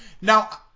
Now